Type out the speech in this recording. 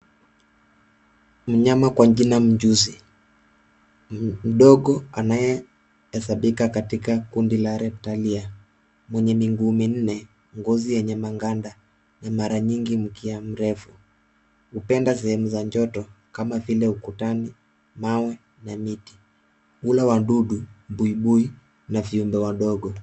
Ni mnyama kwa jina mjusi mdogo anayehesabika katika kundi la reptalia mwenye miguu minne, ngozi yenye maganda na mara nyingi mkia mrefu. Hupenda sehemu za joto kama vile ukutani, mawe na miti. Hula wadudu, buibui na viumbe wadogo.